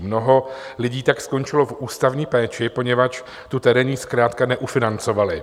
Mnoho lidí tak skončilo v ústavní péči, poněvadž tu terénní zkrátka neufinancovali.